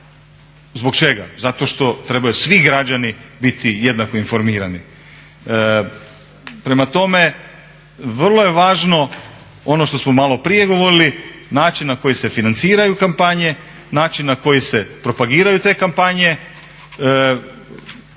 Zbog čega? Zato što trebaju svi građani biti jednako informirani. Prema tome, vrlo je važno ono što smo maloprije govorili način na koji se financiraju kampanje, način na koji se propagiraju te kampanje,